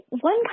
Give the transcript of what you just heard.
One